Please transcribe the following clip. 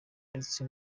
ndetse